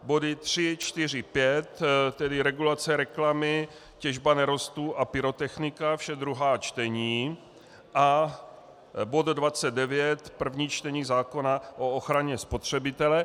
Body 3, 4, 5, tedy regulace reklamy, těžba nerostů a pyrotechnika, vše druhá čtení, a bod 29, první čtení zákona o ochraně spotřebitele.